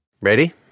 Ready